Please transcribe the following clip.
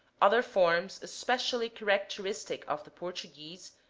other forms especially characteristic of the portuguese,